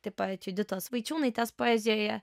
taip pat juditos vaičiūnaitės poezijoje